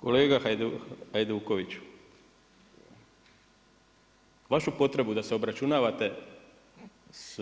Kolega Hajdukoviću, vašu potrebu da se obračunavate s